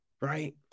right